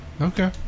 Okay